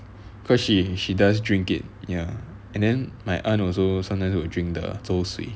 cause she she does drink it ya and then my aunt also sometimes will drink the 粥水